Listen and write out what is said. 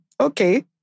Okay